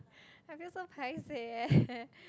I feel so paiseh leh